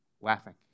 laughing